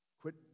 Quit